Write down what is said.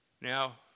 Now